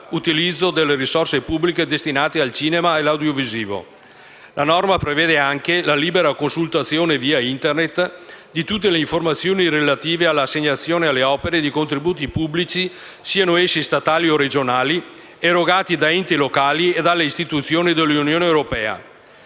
nell'utilizzo delle risorse pubbliche destinate al cinema e all'audiovisivo. La norma prevede anche la libera consultazione via *internet* di tutte le informazioni relative all'assegnazione alle opere di contributi pubblici, siano essi statali o regionali, erogati da enti locali o dalle istituzioni dell'Unione europea.